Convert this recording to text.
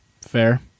Fair